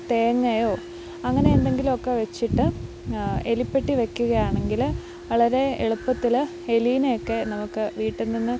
തേങ്ങയോ അങ്ങനെ എന്തെങ്കിലുമൊക്കെ വച്ചിട്ട് എലിപ്പെട്ടി വയ്ക്കുകയാണെങ്കില് വളരേ എളുപ്പത്തില് എലീനെയൊക്കെ നമുക്ക് വീട്ടില്നിന്ന്